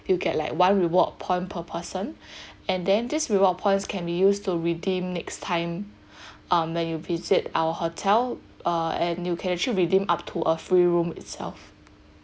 you get like one reward point per person and then this reward points can be used to redeem next time um when you visit our hotel uh and you can actually redeem up to a free room itself